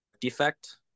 defect